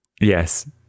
yes